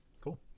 Cool